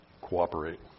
Cooperate